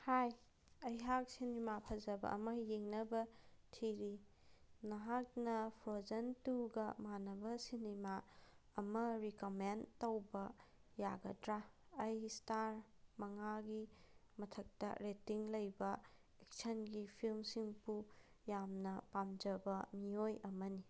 ꯍꯥꯏ ꯑꯩꯍꯥꯛ ꯁꯤꯅꯦꯃꯥ ꯐꯖꯕ ꯑꯃ ꯌꯦꯡꯅꯕ ꯊꯤꯔꯤ ꯅꯍꯥꯛꯅ ꯐ꯭ꯔꯣꯖꯟ ꯇꯨꯒ ꯃꯥꯟꯅꯕ ꯁꯤꯅꯦꯃꯥ ꯑꯃ ꯔꯤꯀꯃꯦꯟ ꯇꯧꯕ ꯌꯥꯒꯗ꯭ꯔꯥ ꯑꯩ ꯏꯁꯇꯥꯔ ꯃꯉꯥꯒꯤ ꯃꯊꯛꯇ ꯔꯦꯇꯤꯡ ꯂꯩꯕ ꯑꯦꯛꯁꯟꯒꯤ ꯐꯤꯂꯝꯁꯤꯡꯕꯨ ꯌꯥꯝꯅ ꯄꯥꯝꯖꯕ ꯃꯤꯑꯣꯏ ꯑꯃꯅꯤ